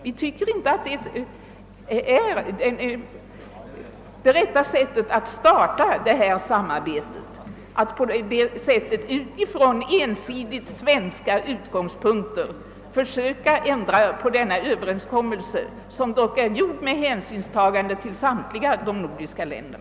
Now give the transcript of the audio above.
Vi tycker inte att det är det rätta sättet att starta detta samarbete, att man från ensidigt svenska utgångspunkter försöker ändra på denna överenskommelse, som dock träffats med hänsynstagande till samtliga nordiska länder.